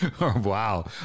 wow